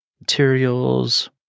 materials